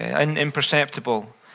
imperceptible